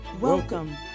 Welcome